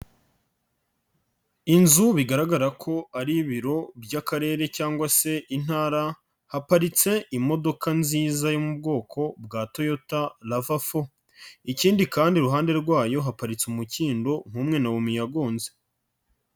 Inzu bigaragara ko ari ibiro by'akarere cyangwa se intara, haparitse imodoka nziza yo mu bwoko bwa Toyota lava four, ikindi kandi iruhande rwayo haparitse umukindo nk'umwe Naomi yagonze.